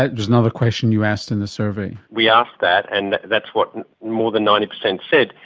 that was another question you asked in a survey? we asked that, and that's what more than ninety percent said.